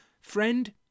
Friend